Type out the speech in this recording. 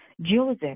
Joseph